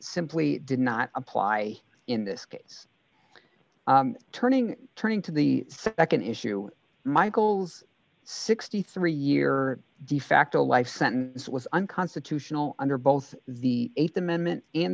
simply did not apply in this case turning turning to the nd issue michael's sixty three year defacto life sentence was unconstitutional under both the th amendment and